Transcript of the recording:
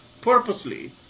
purposely